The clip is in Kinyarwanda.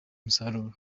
umusaruro